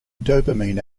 dopamine